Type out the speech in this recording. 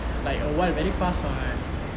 like a while very fast [one]